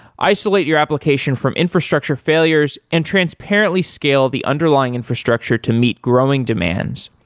isolate your application from infrastructure failures and transparently scale the underlying infrastructure to meet growing demands,